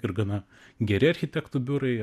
ir gana geri architektų biurai